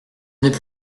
n’est